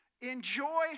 Enjoy